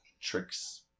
tricks